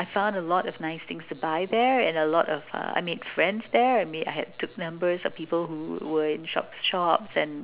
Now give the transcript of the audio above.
I found a lot of nice things to buy there and a lot of uh I made friends there I made I I took numbers of people who were in shops shops and